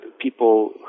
people